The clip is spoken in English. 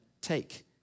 take